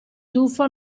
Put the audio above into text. tuffo